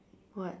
what